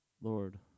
Lord